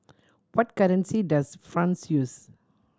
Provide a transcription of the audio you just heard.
what currency does France use